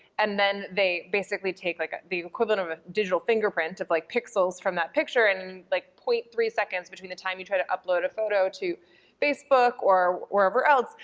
and then they basically take like the equivalent of a digital fingerprint of like pixels from that picture in like point three seconds between the time you tried to upload a photo to facebook or wherever else,